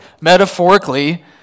metaphorically